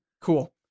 Cool